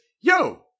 Yo